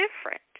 different